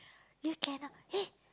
here cannot eh